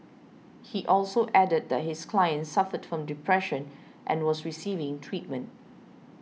he also added that his client suffered from depression and was receiving treatment